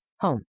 Home